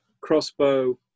crossbow